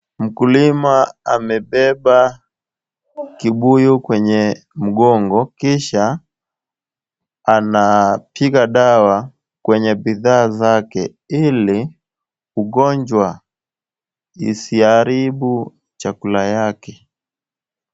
Mkulima amebeba kibuyu kwenye mgongo, kisha anapiga dawa kwenye bidhaa zake, ili ugonjwa isiharibu chakula yake.